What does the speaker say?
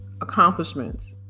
accomplishments